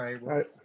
right